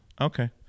Okay